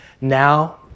now